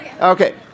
Okay